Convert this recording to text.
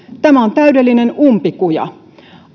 tämä on täydellinen umpikuja